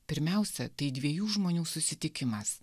pirmiausia tai dviejų žmonių susitikimas